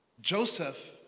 Joseph